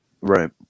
right